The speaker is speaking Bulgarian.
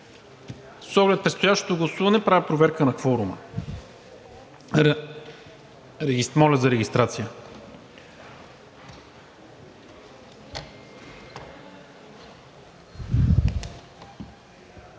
с оглед предстоящото гласуване правя проверка на кворума – моля за регистрация.